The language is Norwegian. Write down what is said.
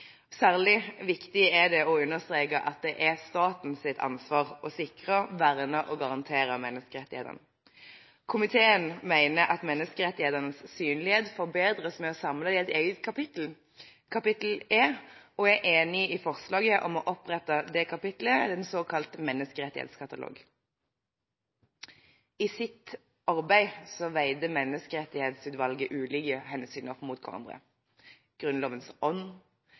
Særlig viktig er det å understreke at det er statens ansvar å sikre, verne og garantere menneskerettighetene. Komiteen mener at menneskerettighetenes synlighet forbedres ved å samles i et eget kapittel – kapittel E – og er enig i forslaget om å opprette det kapittelet i en såkalt menneskerettighetskatalog. I sitt arbeid veide Menneskerettighetsutvalget ulike hensyn opp mot hverandre – Grunnlovens ånd,